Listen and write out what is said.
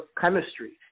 chemistry